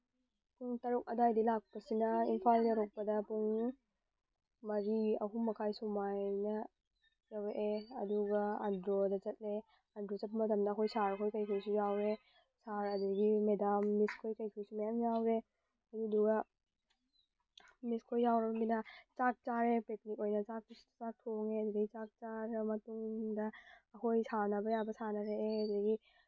ꯄꯨꯡ ꯇꯔꯨꯛ ꯑꯗꯨꯋꯥꯏꯗꯩ ꯂꯥꯛꯄꯁꯤꯅ ꯏꯝꯐꯥꯜ ꯌꯧꯔꯛꯄꯗ ꯄꯨꯡ ꯃꯔꯤ ꯑꯍꯨꯝ ꯃꯈꯥꯏ ꯁꯨꯃꯥꯏꯅ ꯌꯧꯔꯛꯑꯦ ꯑꯗꯨꯒ ꯑꯟꯗ꯭ꯔꯣꯗ ꯆꯠꯂꯦ ꯑꯟꯗ꯭ꯔꯣ ꯆꯠꯄ ꯃꯇꯝꯗ ꯑꯩꯈꯣꯏ ꯁꯥꯔ ꯈꯣꯏ ꯀꯩꯀꯩꯁꯨ ꯌꯥꯎꯔꯦ ꯁꯥꯔ ꯑꯗꯒꯤ ꯃꯦꯗꯥꯝ ꯃꯤꯁ ꯈꯣꯏ ꯀꯩꯀꯩꯁꯨ ꯃꯌꯥꯝ ꯌꯥꯎꯔꯦ ꯑꯗꯨꯗꯨꯒ ꯃꯤꯁ ꯈꯣꯏ ꯌꯥꯎꯔꯝꯅꯤꯅ ꯆꯥꯛ ꯆꯥꯔꯦ ꯄꯤꯛꯅꯤꯛ ꯑꯣꯏꯅ ꯆꯥꯛ ꯊꯣꯡꯉꯦ ꯑꯗꯨꯗꯒꯤ ꯆꯥꯛ ꯆꯥꯔ ꯃꯇꯨꯡꯗ ꯑꯩꯈꯣꯏ ꯁꯥꯅꯕ ꯌꯥꯕ ꯁꯥꯅꯔꯛꯑꯦ ꯑꯗꯒꯤ